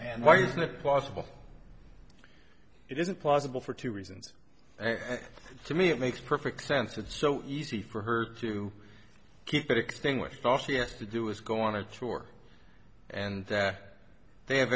and why it's not possible it isn't plausible for two reasons and to me it makes perfect sense it's so easy for her to keep it extinguished all c s to do is go on a tour and they have